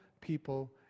people